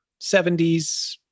70s